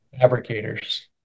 fabricators